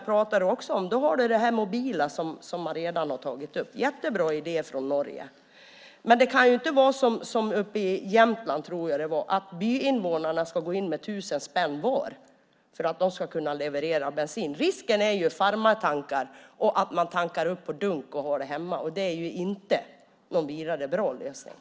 Då finns de mobila mackarna som redan har tagits upp - en jättebra idé från Norge. Men det kan inte vara så, som jag tror att det var uppe i Jämtland, att byinvånarna ska gå in med tusen spänn var för att kunna få bensin levererad. Risken är att det blir farmartankar och att man tankar upp på dunkar som man har hemma, och det är inte något vidare bra lösningar.